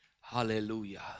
Hallelujah